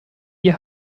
ihr